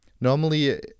Normally